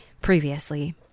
previously